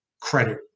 credit